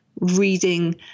reading